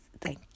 Thank